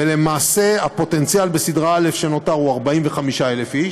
ולמעשה הפוטנציאל בסדרה א' שנותר הוא 45,000 איש,